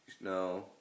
No